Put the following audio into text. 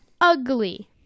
ugly